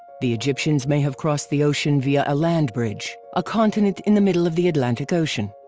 the egyptians may have crossed the ocean via a land bridge, a continent in the middle of the atlantic ocean.